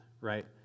right